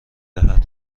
دهد